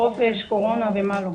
חופש, קורונה ומה לא.